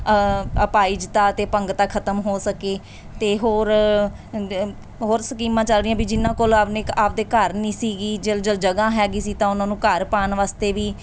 ਅਪਾਹਿਜਤਾ ਅਤੇ ਅਪੰਗਤਾਂ ਖ਼ਤਮ ਹੋ ਸਕੇ ਅਤੇ ਹੋਰ ਹੋਰ ਸਕੀਮਾਂ ਚੱਲ ਰਹੀਆਂ ਵੀ ਜਿਨਾਂ ਕੋਲ ਆਪਣੇ ਆਪਣੇ ਘਰ ਨਹੀਂ ਸੀਗੀ ਜਿਲਜੁਲ ਜਗਾ ਹੈਗੀ ਸੀ ਤਾਂ ਉਹਨਾਂ ਨੂੰ ਘਰ ਪਾਉਣ ਵਾਸਤੇ ਵੀ